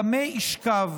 במה ישכב.